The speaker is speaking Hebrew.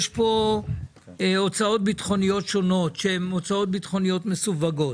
יש פה הוצאות ביטחוניות שונות שהן הוצאות ביטחוניות מסווגות.